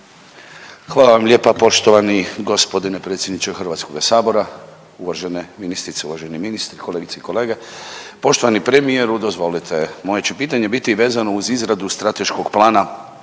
Hvala vam lijepa poštovani g. predsjedniče HS, uvažene ministrice, uvaženi ministri, kolegice i kolege. Poštovani premijeru dozvolite, moje će pitanje biti vezano uz izradu strateškog plana